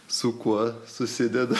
su kuo susideda